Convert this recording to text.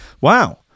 Wow